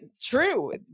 true